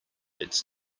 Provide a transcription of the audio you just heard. its